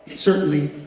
certainly,